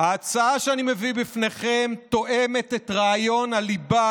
ההצעה שאני מביא בפניכם תואמת את רעיון הליבה,